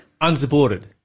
unsupported